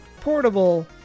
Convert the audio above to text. portable